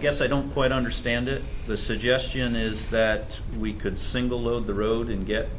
guess i don't quite understand it the suggestion is that we could single little the road and get